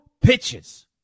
pitches